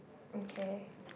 okay